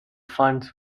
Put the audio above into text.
funds